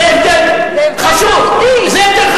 זה הבדל, זה הבדל מהותי.